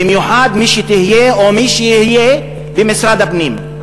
במיוחד מי שתהיה או מי שיהיה במשרד הפנים,